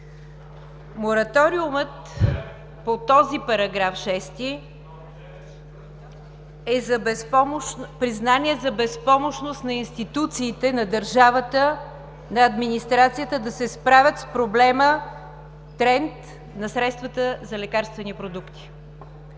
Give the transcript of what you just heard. Мораториумът по този параграф шести е признание за безпомощност на институциите, на държавата, на администрацията да се справят с проблема „тренд на средствата за лекарствени продукти“.